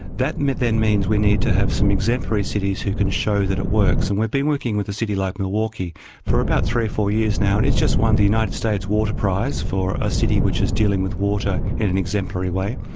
that then means we need to have some exemplary cities who can show that it works. and we've been working with a city like milwaukee for about three or four years now, and it's just won the united states water prize for a city which is dealing with water in an exemplary way,